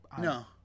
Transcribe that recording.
no